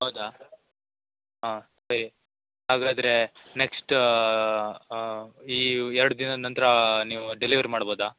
ಹೌದ ಹಾಂ ಸರಿ ಹಾಗಾದರೆ ನೆಕ್ಸ್ಟ್ ಈ ಎರಡು ದಿನದ ನಂತರ ನೀವು ಡೆಲಿವರಿ ಮಾಡ್ಬೋದಾ